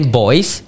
boys